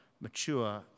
mature